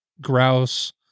grouse